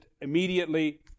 immediately